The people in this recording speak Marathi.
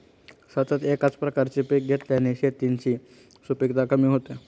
सतत एकाच प्रकारचे पीक घेतल्याने शेतांची सुपीकता कमी होते